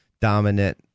dominant